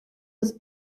was